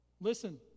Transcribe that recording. Listen